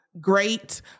great